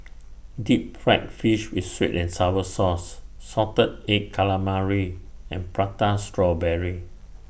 Deep Fried Fish with Sweet and Sour Sauce Salted Egg Calamari and Prata Strawberry